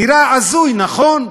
נראה הזוי, נכון?